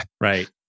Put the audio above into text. Right